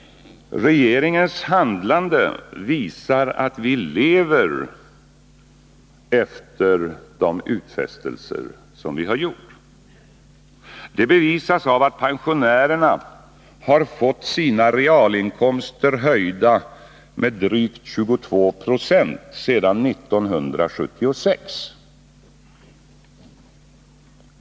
Regeringens handlande visar att den lever efter de utfästelser som har gjorts. Det bevisas av att pensionärerna har fått sina realinkomster höjda med drygt 22 96 sedan 1976.